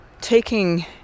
taking